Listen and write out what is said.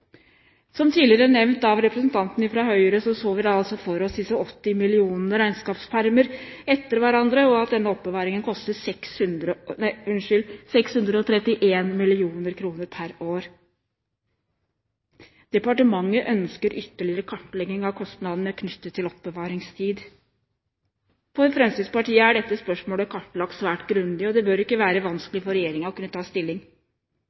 Som tidligere nevnt av representanten fra Høyre, så vi for oss 80 millioner regnskapspermer etter hverandre, og at denne oppbevaringen koster 631 mill. kr per år. Departementet ønsker ytterligere kartlegging av kostnadene knyttet til oppbevaringstid. For Fremskrittspartiet er dette spørsmålet kartlagt svært grundig, og det bør ikke være vanskelig for regjeringen å kunne ta stilling